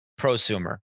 prosumer